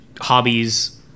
hobbies